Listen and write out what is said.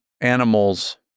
animals